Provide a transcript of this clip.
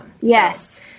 Yes